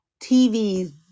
tvs